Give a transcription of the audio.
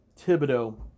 Thibodeau